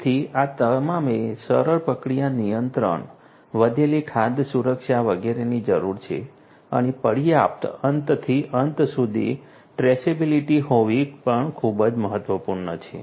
તેથી તમારે સરળ પ્રક્રિયા નિયંત્રણ વધેલી ખાદ્ય સુરક્ષા વગેરેની જરૂર છે અને પર્યાપ્ત અંતથી અંત સુધી ટ્રેસેબિલિટી હોવી પણ ખૂબ જ મહત્વપૂર્ણ છે